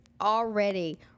already